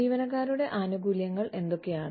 ജീവനക്കാരുടെ ആനുകൂല്യങ്ങൾ എന്തൊക്കെയാണ്